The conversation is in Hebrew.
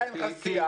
אתה, אין לך סיעה.